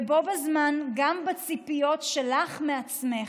ובו בזמן גם בציפיות שלך מעצמך.